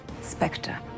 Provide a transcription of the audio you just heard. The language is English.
Spectre